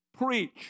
preach